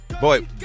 Boy